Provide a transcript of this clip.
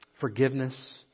Forgiveness